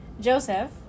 Joseph